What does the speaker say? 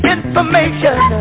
Information